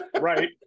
Right